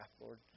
Lord